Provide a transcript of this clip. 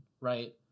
right